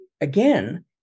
again